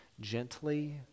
gently